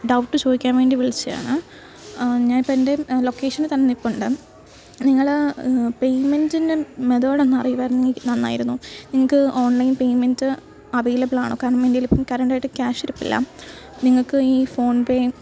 towed ചോദിക്കാൻ വേണ്ടി വിളിച്ചതാണ് ഞാനിപ്പം എൻ്റെ ലൊക്കേഷനിൽ തന്നെ നിൽപ്പുണ്ട് നിങ്ങള് പേയ്മെന്റിന്റെ മെത്തേഡ് ഒന്ന് അറിയുവായിരുന്നെങ്കിൽ നന്നായിരുന്നു നിങ്ങൾക്ക് ഓണ്ലൈന് പേയ്മെന്റ് അവൈലബിളാണോ കാരണം എന്റെ കയിലിപ്പം കറൻറ്റായിട്ട് ക്യാഷിരിപ്പില്ല നിങ്ങൾക്ക് ഈ ഫോണ് പേയും